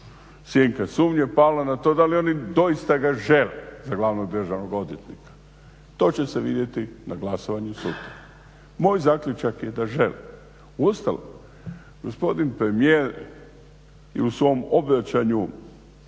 sjenka sumnje pala na to, da li oni doista ga žele za glavnog državnog odvjetnika. To će se vidjeti na glasovanju sutra. Moj zaključak je da žele. Uostalom gospodin premijer je u svom obraćanju